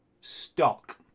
stock